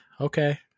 okay